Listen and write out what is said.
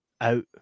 out